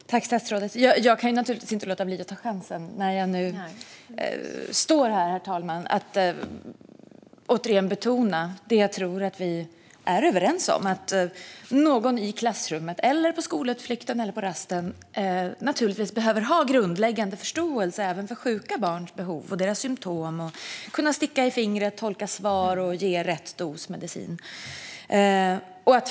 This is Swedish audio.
Herr talman! Tack, statsrådet! Jag kan naturligtvis inte låta bli att ta chansen när jag nu står här att återigen betona det jag tror att vi är överens om. Någon i klassrummet, på skolutflykten eller rasten behöver ha grundläggande förståelse även för sjuka barns behov, deras symtom, kunna sticka i fingret, tolka svar och ge rätt dos medicin.